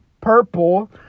Purple